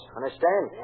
Understand